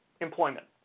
employment